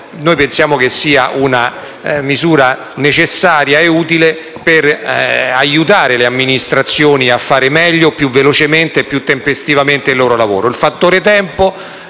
del terremoto, sia una misura necessaria e utile per aiutare le amministrazioni a fare meglio, più velocemente e più tempestivamente il loro lavoro.